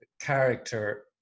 character